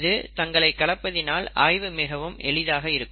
இது தங்களை கலப்பதினால் ஆய்வு மிகவும் எளிதாக இருக்கும்